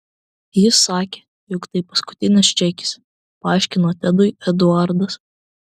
ji sakė jog tai paskutinis čekis paaiškino tedui eduardas